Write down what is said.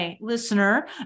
listener